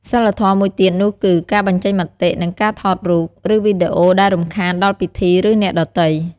សីលធម៌មួយទៀតនោះគឺ ការបញ្ចេញមតិ និងការថតរូប ឬវីដេអូដែលរំខានដល់ពិធី ឬអ្នកដទៃ។